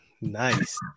nice